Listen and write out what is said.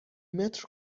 متر